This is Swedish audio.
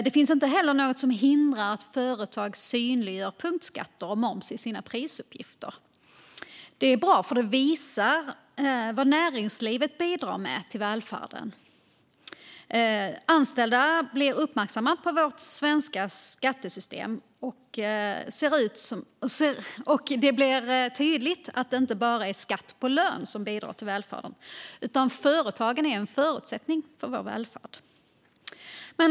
Det finns inte heller något som hindrar att företag synliggör punktskatter och moms i sina prisuppgifter. Det är bra, för det visar vad näringslivet bidrar med till välfärden. Det är bra att de anställda blir uppmärksamma på hur vårt svenska skattesystem ser ut och att det blir tydligt att det inte bara är skatt på lön som bidar till välfärden utan att företagen är en förutsättning för vår välfärd.